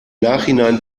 nachhinein